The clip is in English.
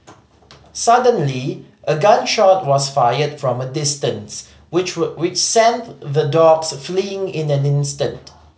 suddenly a gun shot was fired from a distance which hold which sent the dogs fleeing in the instant